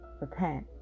repent